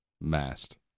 mast